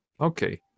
okay